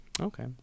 Okay